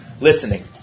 listening